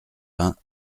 vingts